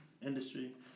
industry